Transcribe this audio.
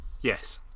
Yes